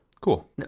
Cool